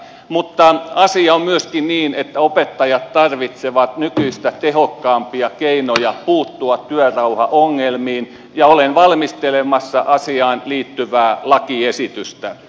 mutta asia on myöskin niin että opettajat tarvitsevat nykyistä tehokkaampia keinoja puuttua työrauhaongelmiin ja olen valmistelemassa asiaan liittyvää lakiesitystä